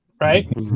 right